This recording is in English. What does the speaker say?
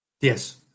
Yes